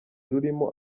rurimo